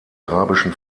arabischen